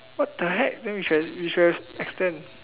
what the heck then you should you should have extend